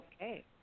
Okay